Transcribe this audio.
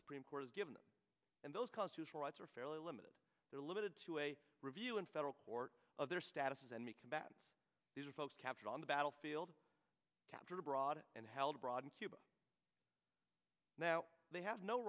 supreme court has given them and those cause whose rights are fairly limited they're limited to a review in federal court of their status and the combat these are folks captured on the battlefield captured abroad and held brought in cuba now they have no